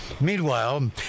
Meanwhile